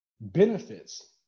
benefits